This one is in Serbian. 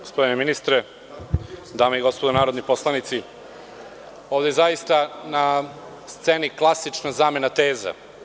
Gospodine ministre, dame i gospodo narodni poslanici, ovde je zaista na sceni klasična zamena teza.